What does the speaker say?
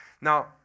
now